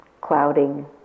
clouding